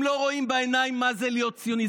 הם לא רואים בעיניים מה זה להיות ציוני.